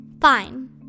Fine